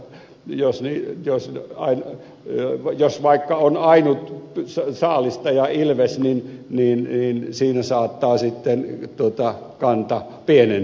jos niin on se aina jäniksillä jos vaikka on aina tylsä saalista ja ilves on ainut saalistaja saattaa kanta pienentyä